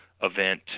event